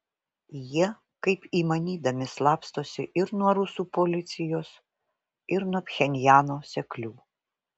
jie kaip įmanydami slapstosi ir nuo rusų policijos ir nuo pchenjano seklių